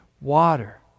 water